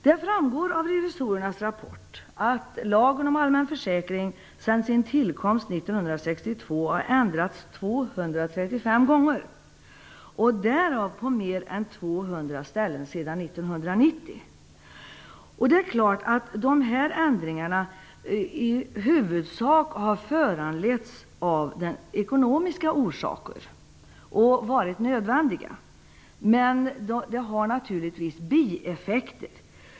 Det framgår av revisorernas rapport att lagen om allmän försäkring sedan sin tillkomst år 1962 har ändrats 235 gånger, och därav på mer än 200 ställen sedan 1990. Det är klart att de ändringarna i huvudsak har föranletts av ekonomiska skäl och varit nödvändiga. Men de har naturligtvis bieffekter.